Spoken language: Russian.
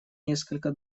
несколько